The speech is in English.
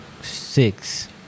six